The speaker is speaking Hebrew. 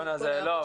לא,